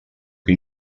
que